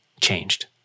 changed